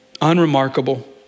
unremarkable